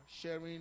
sharing